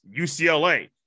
UCLA